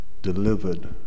delivered